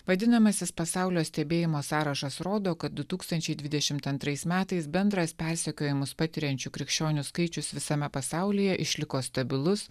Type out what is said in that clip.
vadinamasis pasaulio stebėjimo sąrašas rodo kad du tūkstančiai dvidešimt antrais metais bendras persekiojimus patiriančių krikščionių skaičius visame pasaulyje išliko stabilus